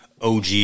OG